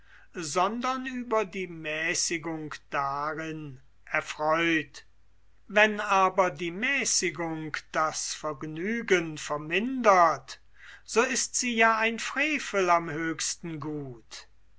sondern über die mäßigung darin erfreut wenn aber die mäßigung das vergnügen vermindert so ist sie ja ein frevel am höchsten gut